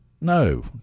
No